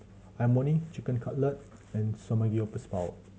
Imoni Chicken Cutlet and Samgyeopsal